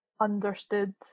understood